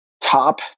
top